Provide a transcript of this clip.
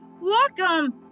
Welcome